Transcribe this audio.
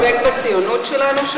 אתה מפקפק בציונות שלנו?